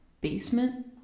basement